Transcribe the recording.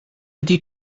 ydy